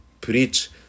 preach